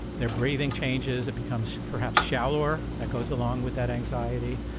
their breathing changes, it becomes perhaps shallower, that goes along with that anxiety,